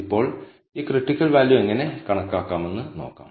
ഇപ്പോൾ ഈ critical value എങ്ങനെ കണക്കാക്കാമെന്ന് നോക്കാം